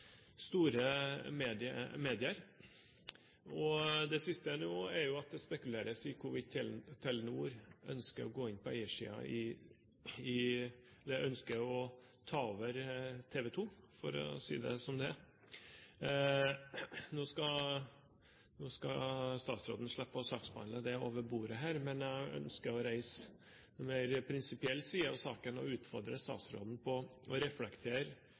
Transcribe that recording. store medier. Det siste nå er at det spekuleres i hvorvidt Telenor ønsker å ta over TV 2 – for å si det som det er. Nå skal statsråden slippe å saksbehandle det over bordet her, men jeg ønsker å reise en mer prinsipiell side av saken og utfordrer statsråden på å reflektere